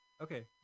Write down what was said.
Okay